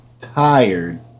tired